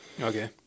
Okay